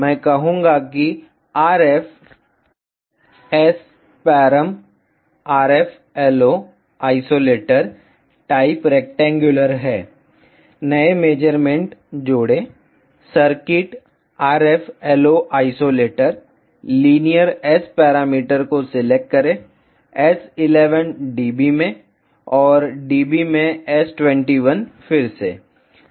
मैं कहूंगा कि RF SParam RF LO isolator type rectangular है नए मेजरमेंट जोड़ें circuit RF LO isolator linear S parameter को सिलेक्ट करेंS11 dB में और dB में S21 फिर से